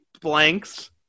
blanks